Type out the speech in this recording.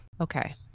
okay